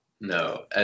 no